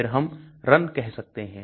फिर हम run कह सकते हैं